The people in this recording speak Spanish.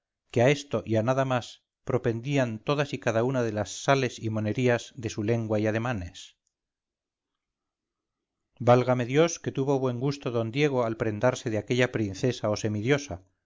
que a esto y a nada más propendían todas y cada una de las sales y monerías de sulengua y ademanes válgame dios que tuvo buen gustó d diego al prendarse de aquella princesa o